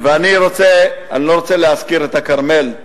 אני לא רוצה להזכיר את הכרמל,